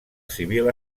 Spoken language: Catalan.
civil